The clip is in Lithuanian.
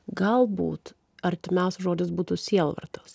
galbūt artimiausias žodis būtų sielvartos